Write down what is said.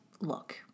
look